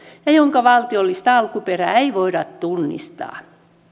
ja jonka valtiollista alkuperää ei voida tunnistaa